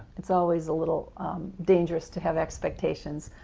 it's always a little dangerous to have expectations,